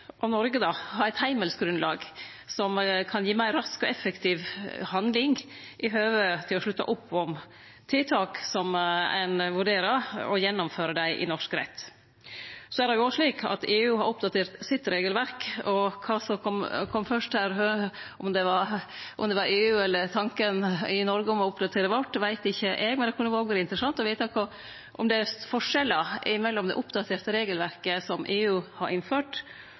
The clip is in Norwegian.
og å gjennomføre dei i norsk rett. Det er òg slik at EU har oppdatert regelverket sitt. Kva som kom fyrst her, om det var EU eller tanken i Noreg om å oppdaterte vårt, veit eg ikkje, men det kunne ha vore interessant å vete om det er forskjellar mellom det oppdaterte regelverket EU har innført